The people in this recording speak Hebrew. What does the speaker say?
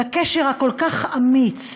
בקשר הכל-כך אמיץ,